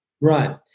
Right